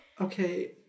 Okay